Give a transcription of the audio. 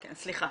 סליחה.